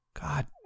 God